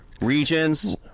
regions